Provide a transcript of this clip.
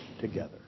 together